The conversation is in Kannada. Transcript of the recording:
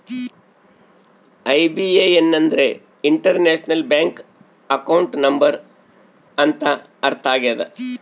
ಐ.ಬಿ.ಎ.ಎನ್ ಅಂದ್ರೆ ಇಂಟರ್ನ್ಯಾಷನಲ್ ಬ್ಯಾಂಕ್ ಅಕೌಂಟ್ ನಂಬರ್ ಅಂತ ಅರ್ಥ ಆಗ್ಯದ